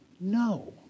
no